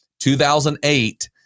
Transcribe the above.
2008